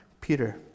Peter